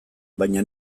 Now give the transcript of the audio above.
baina